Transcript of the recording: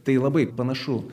tai labai panašu